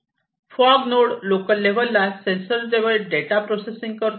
fog node local level ला sensor जवळ data processing करतो